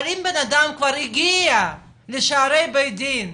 אבל אם בנאדם כבר הגיע לשערי בית דין,